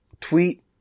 tweet